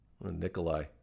Nikolai